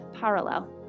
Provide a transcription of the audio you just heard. parallel